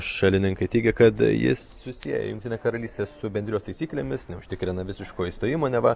šalininkai teigia kad jis susieja jungtinę karalystę su bendrijos taisyklėmis neužtikrina visiško išstojimo neva